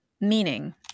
meaning